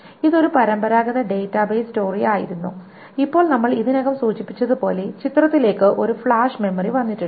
ഇതൊരു പരമ്പരാഗത database story ആയിരുന്നു ഇപ്പോൾ നമ്മൾ ഇതിനകം സൂചിപ്പിച്ചതുപോലെ ചിത്രത്തിലേക്ക് ഒരു ഫ്ലാഷ് മെമ്മറി വന്നിട്ടുണ്ട്